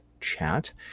chat